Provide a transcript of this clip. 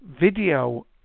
video